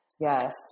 Yes